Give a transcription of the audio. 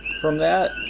from that,